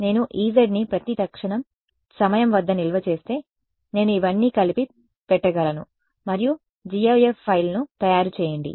నేను Ez ని ప్రతి తక్షణం సమయం వద్ద నిల్వ చేస్తే నేను ఇవన్నీ కలిపి పెట్టగలను మరియు gif ఫైల్ను తయారు చేయండి